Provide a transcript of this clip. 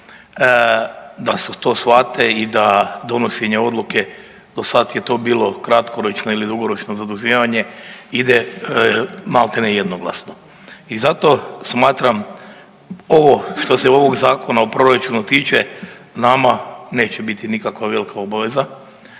da to shvate i da donošenje odluke do sad je to bilo kratkoročno ili dugoročno zaduživanje ide maltene jednoglasno. I zato smatram ovo što se ovog Zakona o proračunu tiče nama neće biti nikakva velika obaveza